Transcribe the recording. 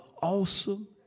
awesome